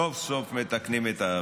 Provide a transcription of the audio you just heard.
סוף-סוף מתקנים את העוול.